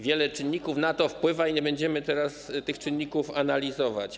Wiele czynników na to wpływa i nie będziemy teraz tych czynników analizować.